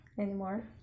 anymore